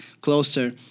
closer